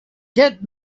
get